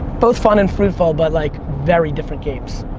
both fun and fruitful, but like very different games.